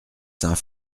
saint